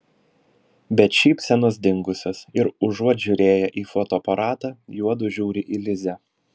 bet šypsenos dingusios ir užuot žiūrėję į fotoaparatą juodu žiūri į lizę